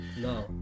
No